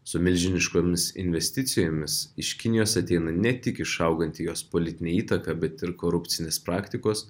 su milžiniškomis investicijomis iš kinijos ateina ne tik išauganti jos politinė įtaką bet ir korupcinės praktikos